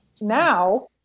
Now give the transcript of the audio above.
now